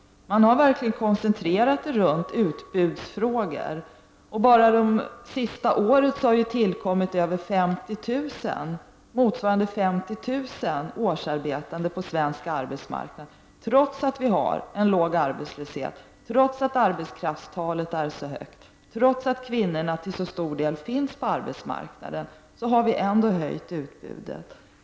Man har verkligen koncentrerat sig på just utbudsfrågor, och bara det senaste året har det tillkommit motsvarande 50 000 årsarbetande på den svenska arbetsmarknaden. Trots att vi har en låg arbetslöshet, trots att arbetskraftstalet är så högt och trots att kvinnorna till så stor del finns på arbetsmarknaden, har vi ändå höjt utbudet.